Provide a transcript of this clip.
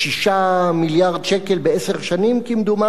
6 מיליארד שקל בעשר שנים, כמדומני,